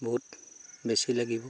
বহুত বেছি লাগিব